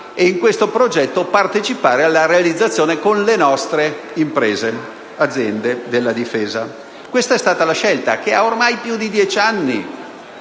e in questo progetto partecipare alla realizzazione con le nostre aziende della difesa. Questa è stata la scelta, che ormai ha più di dieci anni,